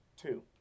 two